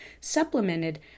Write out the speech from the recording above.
supplemented